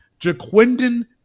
JaQuindon